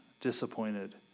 disappointed